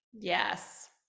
yes